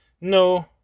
No